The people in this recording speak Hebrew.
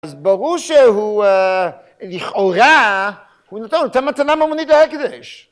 אז ברור שהוא לכאורה, הוא נותן אותה מתנה ממונית להקדש.